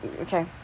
okay